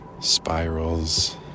spirals